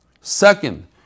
Second